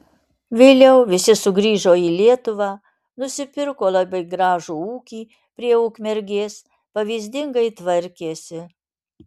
vėliau visi sugrįžo į lietuvą nusipirko labai gražų ūkį prie ukmergės pavyzdingai tvarkėsi